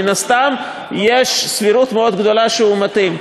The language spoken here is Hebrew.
מן הסתם יש סבירות מאוד גדולה שהוא מתאים.